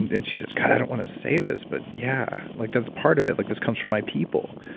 and and she says, god i don't want to say this but yeah. like that's part of it, like this comes from my people.